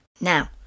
Now